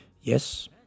Yes